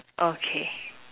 okay